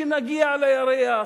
כשנגיע לירח,